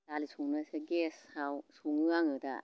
दालि संनोसै गेसआव सङो आङो दा